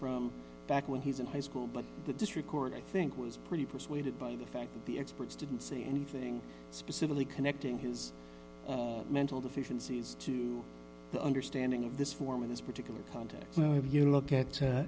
from back when he's in high school but the district court i think was pretty persuaded by the fact that the experts didn't say anything specifically connecting his mental deficiencies to the understanding of this form in this particular context you know if you look at